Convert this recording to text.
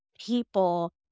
people